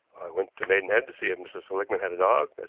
went to maidenhead to see if mrs. seligmann had a dog,